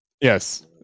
Yes